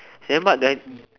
then what do I